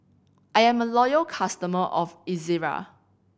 I am a loyal customer of Ezerra